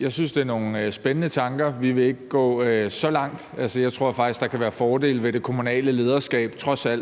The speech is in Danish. Jeg synes, det er nogle spændende tanker. Vi vil ikke gå så langt; altså, jeg tror faktisk, der trods alt kan være fordele ved det kommunale lederskab. Det er